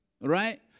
right